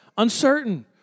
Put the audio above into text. uncertain